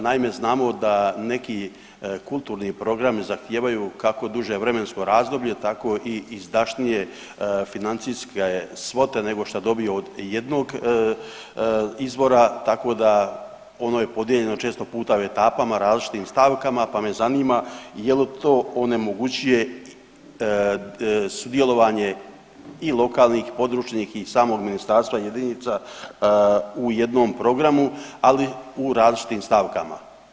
Naime, znamo da neki kulturni programi zahtijevaju, kako duže vremensko razdoblje, tako i izdašnije financijske svote nego što dobiju od jednog izvora, tako da ono je podijeljeno često puta u etapama, različitim stavkama, pa me zanima je li to onemogućuje sudjelovanje i lokalnih, područnih i samog ministarstva jedinica u jednom programu, ali u različitim stavkama.